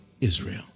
Israel